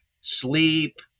sleep